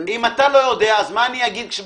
אם אתה לא יודע, מה אני אגיד?